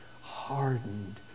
hardened